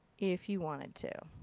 if you wanted to.